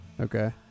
Okay